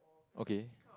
okay